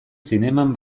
zineman